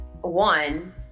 one